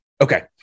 Okay